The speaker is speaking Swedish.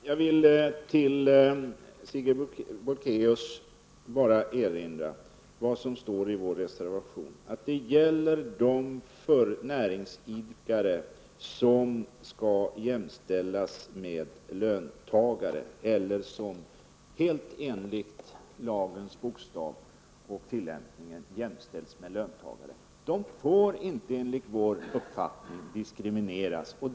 Herr talman! Jag vill bara erinra Sigrid Bolkéus om vad som står i vår reservation. Det gäller de näringsidkare som skall jämställas med löntagare eller som helt enligt lagens bokstav och tillämpning jämställs med löntagare. De får inte enligt vår uppfattning diskrimineras.